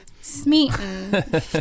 Smeaton